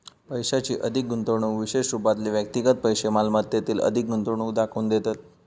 पैशाची अधिक गुंतवणूक विशेष रूपातले व्यक्तिगत पैशै मालमत्तेतील अधिक गुंतवणूक दाखवून देतत